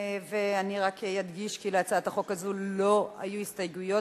אני רק אדגיש כי להצעת החוק הזאת לא היו הסתייגויות,